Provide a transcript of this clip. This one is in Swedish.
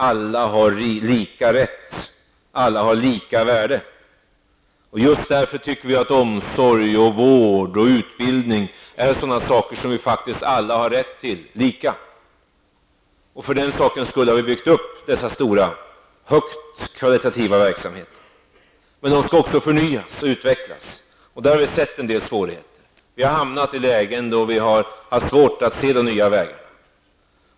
Alla har samma rättigheter, och alla har lika värde. Därför tycker vi att omsorg, vård och utbildning är sådana saker som vi alla har samma rätt till. För den sakens skull har vi byggt upp dessa stora och högt kvalitativa verksamheter, men de skall också förnyas och utvecklas. På det området har vi sett en del svårigheter. Vi har hamnat i ett läge då vi har haft svårigheter att se den nya vägen.